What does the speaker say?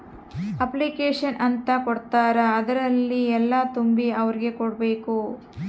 application ಅಂತ ಕೊಡ್ತಾರ ಅದ್ರಲ್ಲಿ ಎಲ್ಲ ತುಂಬಿ ಅವ್ರಿಗೆ ಕೊಡ್ಬೇಕು